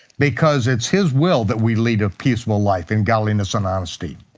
because it's his will that we lead a peaceful life in godliness and honesty.